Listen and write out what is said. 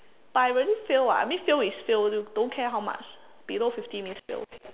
but I really fail [what] I mean fail is fail you don't care how much below fifty means fail